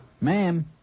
Ma'am